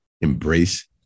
embrace